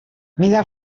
mida